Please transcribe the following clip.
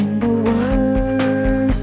the word